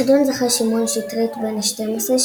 בחידון זכה שמעון שטרית בן ה-13,